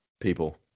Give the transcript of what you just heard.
people